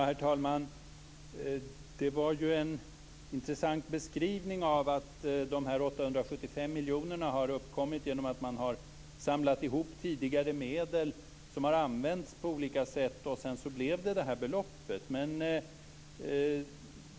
Herr talman! Det var en intressant beskrivning av att de 875 miljonerna har uppkommit genom att man har samlat ihop tidigare medel som har använts på olika sätt, och sedan blev det detta belopp.